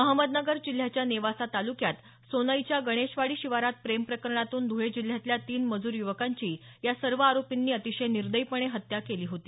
अहमदनगर जिल्ह्याच्या नेवासा तालुक्यात सोनईच्या गणेशवाडी शिवारात प्रेम प्रकरणातून धुळे जिल्ह्यातल्या तीन मजूर युवकांची या सर्व आरोपींनी अतिशय निर्दयीपणे हत्या केली होती